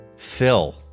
Phil